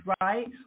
right